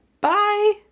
Bye